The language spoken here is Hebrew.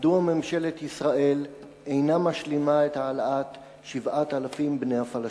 מדוע ממשלת ישראל אינה משלימה את העלאת 7,000 בני הפלאשמורה?